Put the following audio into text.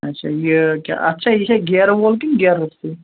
اَچھا یہِ کیٛاہ اَتھ چھا یہِ چھا گیر وول کِنہٕ گیرٕ روٚستُے